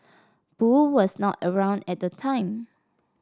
boo was not around at the time